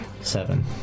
Seven